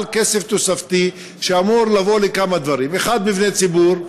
על כסף תוספתי שאמור לבוא לכמה דברים: 1. מבני ציבור,